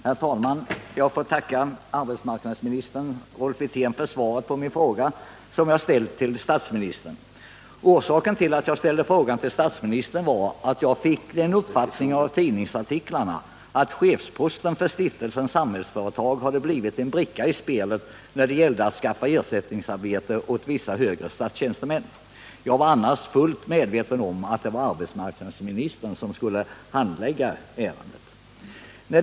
Herr talman! Jag får tacka arbetsmarknadsministern Rolf Wirtén för svaret på min fråga som jag ställde till statsministern. Orsaken till att jag ställde frågan till statsministern var att jag fick den uppfattningen av tidningsartiklarna att chefsposten för Stiftelsen Samhällsföretag hade blivit en bricka i spelet när det gällde att skaffa ersättningsarbete åt vissa högre statstjänstemän. Jag var fullt medveten om att det normala hade varit att arbetsmarknadsministern handlagt ärendet.